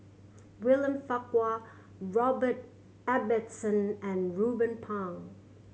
William Farquhar Robert Ibbetson and Ruben Pang